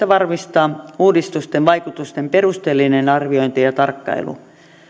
varmistaa uudistusten vaikutusten perusteellinen arviointi ja tarkkailu